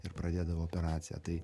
ir pradėdavo operaciją tai